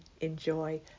enjoy